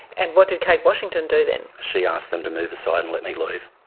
and what did kate washington do then? she asked them to move aside and let me leave.